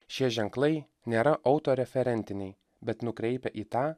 šie ženklai nėra autoreferentiniai bet nukreipia į tą